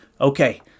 okay